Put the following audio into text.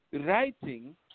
writing